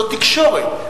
זאת תקשורת,